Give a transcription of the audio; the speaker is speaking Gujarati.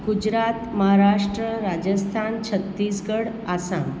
ગુજરાત મહારાષ્ટ્ર રાજસ્થાન છત્તીસગઢ આસામ